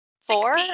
Four